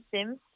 Sims